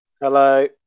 Hello